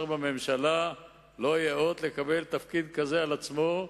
בממשלה לא ייאות לקבל תפקיד כזה על עצמו,